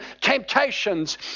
temptations